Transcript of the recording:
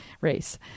race